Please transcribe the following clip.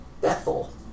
Bethel